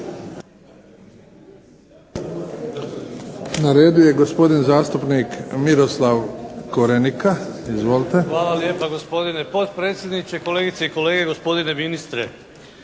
Na redu je gospodin zastupnik Miroslav Korenika. Izvolite. **Korenika, Miroslav (SDP)** Hvala lijepa gospodine potpredsjedniče. Kolegice i kolege, gospodine ministre.